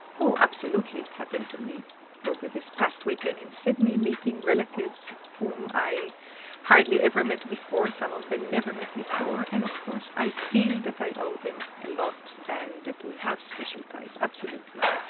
oh, absolutely, it happened to me over this past weekend in sydney, meeting relatives whom i hardly ever met before, some of them never met before, and of course i feel that i owe them a lot and that we have special ties, absolutely.